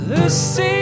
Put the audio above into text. Lucy